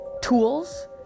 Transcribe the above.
tools